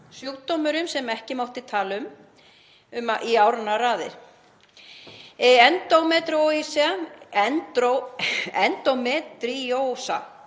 sjúkdómur sem ekki mátti tala um í áranna raðir. Endómetríósa,